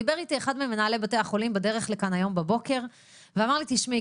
דיבר איתי אחד ממנהלי בתי החולים בדרך לכאן היום בבוקר ואמר לי תשמעי,